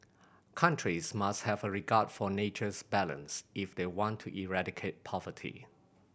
countries must have a regard for nature's balance if they want to eradicate poverty